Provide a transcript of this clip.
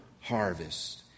harvest